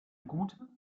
gute